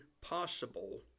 possible